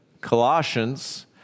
Colossians